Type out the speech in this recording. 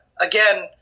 Again